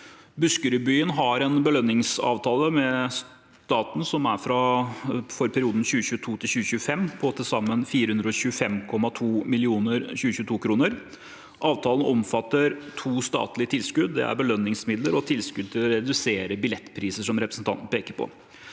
Buskerudbyen har en belønningsavtale med staten som for perioden 2022–2025 er på til sammen 425,2 millioner 2022-kroner. Avtalen omfatter to statlige tilskudd, belønningsmidler og tilskudd til å redusere billettpriser, som representanten peker på.